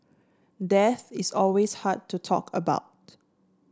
death is always hard to talk about